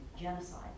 genocide